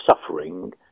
suffering